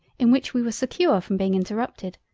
in which we were secure from being interrupted,